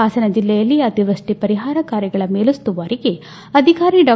ಹಾಸನ ಜಲ್ಲೆಯಲ್ಲಿ ಅತಿವೃಷ್ಟಿ ಪರಿಹಾರ ಕಾರ್ಯಗಳ ಮೇಲುಸ್ತುವಾರಿಗೆ ಅಧಿಕಾರಿ ಡಾ